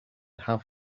have